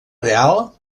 real